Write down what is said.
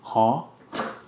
hor